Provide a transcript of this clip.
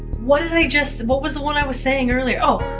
what did i just what was the one i was saying earlier? oh!